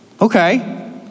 Okay